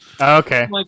okay